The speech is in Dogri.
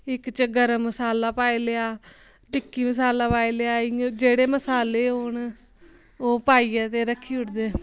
इक च गर्म मसाला पाई लेआ टिक्की मसाला पाई लेआ इयां जेह्ड़े मसाले होन ओह् पाइयै ते रक्खी ओड़दे